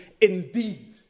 indeed